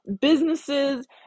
businesses